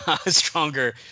stronger